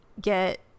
get